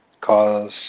cause